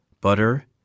butter